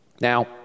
Now